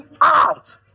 out